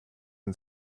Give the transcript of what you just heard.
and